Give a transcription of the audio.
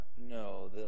No